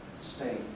Stay